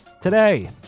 Today